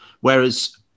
whereas